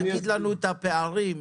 הסבר לנו את הפערים.